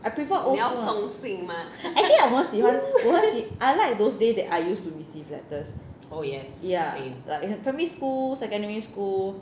I prefer old songs actually I 蛮喜欢我很喜 I like those days that I used to receive letters yeah like primary school secondary school